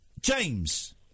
James